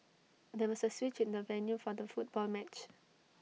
there was A switch in the venue for the football match